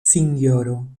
sinjoro